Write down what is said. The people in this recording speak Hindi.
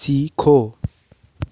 सीखो